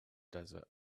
desert